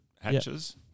hatches